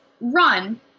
run